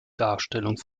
darstellung